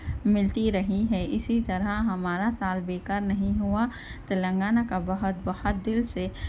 ملتی رہی ہے اسی طرح ہمارا سال بے کار نہیں ہوا تلنگانہ کا بہت بہت دل سے